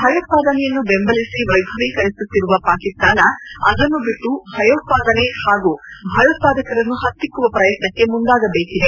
ಭಯೋತ್ವಾದನೆಯನ್ನು ಬೆಂಬಲಿಸಿ ವೈಭವೀಕರಿಸುತ್ತಿರುವ ಪಾಕಿಸ್ತಾನ ಅದನ್ನು ಬಿಟ್ಟು ಭಯೋತ್ವಾದನೆ ಹಾಗು ಭಯೋತ್ಪಾದಕರನ್ನು ಹತ್ತಿಕ್ಕುವ ಪ್ರಯತ್ನಕ್ಕೆ ಮುಂದಾಗಬೇಕಿದೆ